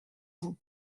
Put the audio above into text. vous